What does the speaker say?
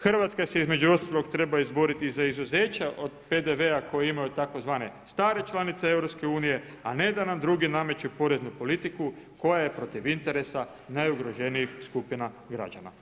Hrvatska se između ostalog treba izboriti za izuzeća od PDV-a koji imaju tzv. stare članice EU, a ne da nam drugi nameću poreznu politiku koja je protiv interesa najugroženijih skupina građana.